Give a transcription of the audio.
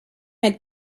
had